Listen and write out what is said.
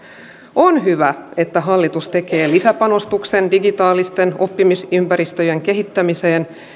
on hyvä että hallitus tekee lisäpanostuksen digitaalisten oppimisympäristöjen kehittämiseen